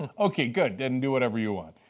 and okay, good, then do whatever you want.